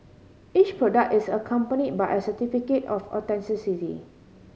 each product is accompany by a certificate of authenticity